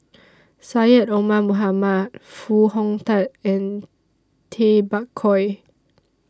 Syed Omar Mohamed Foo Hong Tatt and Tay Bak Koi